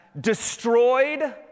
destroyed